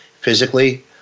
physically